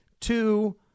Two